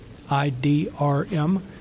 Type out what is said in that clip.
IDRM